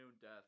death